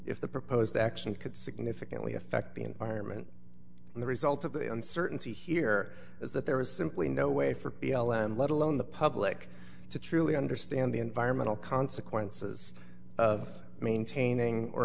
if the proposed action could significantly affect the environment the result of the uncertainty here is that there is simply no way for b l m let alone the public to truly understand the environmental consequences of maintaining or